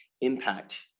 impact